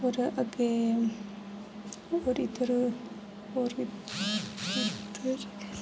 होर अग्गें होर इद्धर होर इद्धर